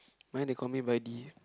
mine they call me Vady